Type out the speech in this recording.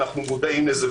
אנחנו מודעים לזה,